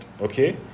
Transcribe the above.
okay